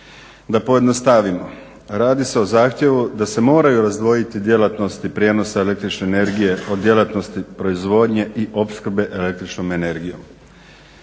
Da pojednostavimo, radi se o zahtjevu da se moraju razdvojiti djelatnosti prijenosa električne energije od djelatnosti proizvodnje i opskrbe električnom energijom